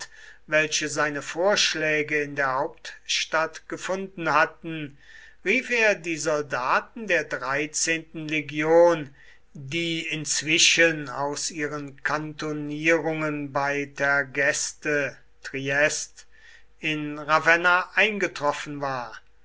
welche seine vorschläge in der hauptstadt gefunden hatten rief er die soldaten der dreizehnten legion die inzwischen aus ihren kantonierungen bei tergeste triest in ravenna eingetroffen war